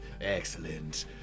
Excellent